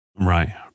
Right